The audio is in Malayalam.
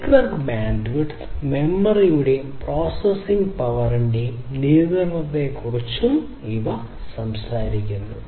നെറ്റ്വർക്ക് ബാൻഡ്വിഡ്ത്ത് മെമ്മറിയുടെയും പ്രോസസ്സിംഗ് പവറിന്റെയും നിയന്ത്രണത്തെക്കുറിച്ച് ഇവ സംസാരിക്കുന്നു